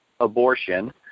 abortion